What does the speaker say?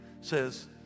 says